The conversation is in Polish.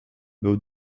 był